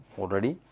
already